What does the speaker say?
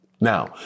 Now